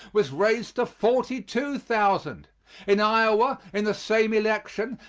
was raised to forty two thousand in iowa, in the same election,